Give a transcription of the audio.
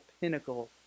pinnacle